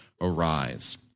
arise